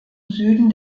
süden